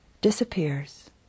disappears